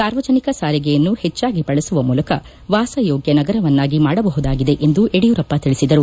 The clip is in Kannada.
ಸಾರ್ವಜನಿಕ ಸಾರಿಗೆಯನ್ನು ಹೆಚ್ಚಾಗಿ ಬಳಸುವ ಮೂಲಕ ವಾಸ ಯೋಗ್ಯ ನಗರವನ್ನಾಗಿ ಮಾಡಬಹುದಾಗಿದೆ ಎಂದು ಯಡಿಯೂರಪ್ಪ ತಿಳಿಸಿದರು